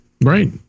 Right